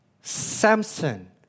Samson